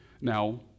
Now